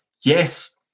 Yes